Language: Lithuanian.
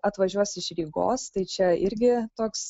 atvažiuos iš rygos tai čia irgi toks